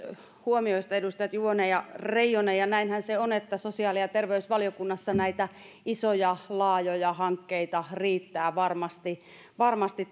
huomioista edustajat juvonen ja reijonen ja näinhän se on että sosiaali ja terveysvaliokunnassa näitä isoja laajoja hankkeita riittää varmasti varmasti